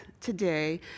today